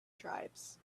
tribes